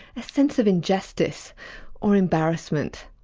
a sense of injustice or embarrassment.